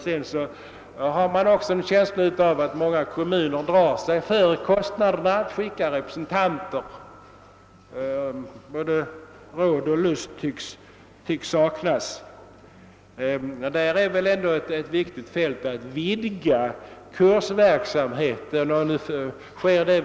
Jag har också mig bekant att många kommuner drar sig för kostnaderna att skicka representanter till informationsdagarna. Både råd och lust tycks saknas. Att vidga kursverksamheten är därför viktig.